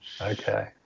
Okay